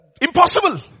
Impossible